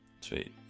Sweet